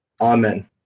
Amen